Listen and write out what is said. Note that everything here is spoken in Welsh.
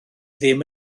ddim